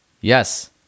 Yes